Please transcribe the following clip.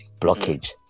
blockage